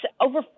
over